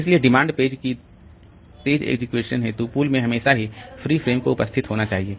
इसलिए demand page की तेज एग्जीक्यूशन हेतु पूल में हमेशा ही फ्री फ्रेम को उपस्थित होना चाहिए